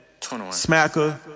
smacker